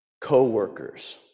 co-workers